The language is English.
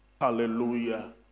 hallelujah